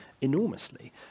enormously